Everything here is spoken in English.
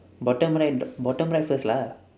bottom right bottom right first lah